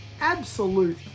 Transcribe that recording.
absolute